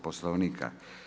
Poslovnika.